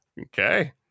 Okay